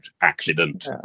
accident